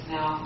Now